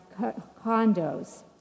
condos